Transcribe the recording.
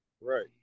right